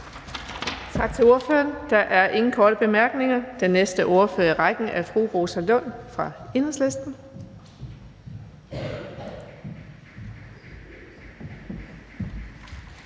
Tak til ordføreren. Der er ingen korte bemærkninger. Den næste ordfører i rækken er fru Rosa Lund fra Enhedslisten.